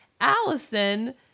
Allison